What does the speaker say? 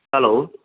hello